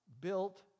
built